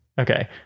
okay